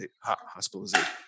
hospitalization